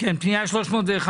פנייה 311,